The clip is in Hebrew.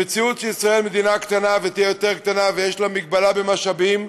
במציאות שישראל היא מדינה קטנה ותהיה יותר קטנה ויש לה מגבלה במשאבים,